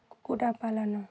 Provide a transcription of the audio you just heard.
କୁକୁଡ଼ା ପାଳନ